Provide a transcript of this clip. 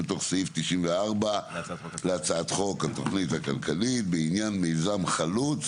שמתוך סעיף 94 להצעת חוק התוכנית הכלכלית בעניין מיזם חלוץ.